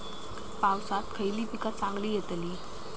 पावसात खयली पीका चांगली येतली?